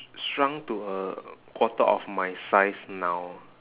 shrunk to a quarter of my size now